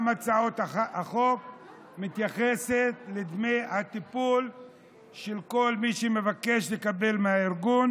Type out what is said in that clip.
הצעת החוק מתייחסת לדמי הטיפול של כל מי שמבקש לקבל מהארגון,